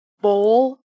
bowl